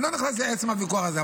אני לא נכנס לעצם הוויכוח הזה.